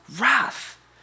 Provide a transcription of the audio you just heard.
wrath